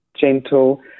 gentle